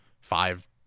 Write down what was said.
five